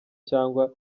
cyangwa